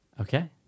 Okay